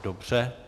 Dobře.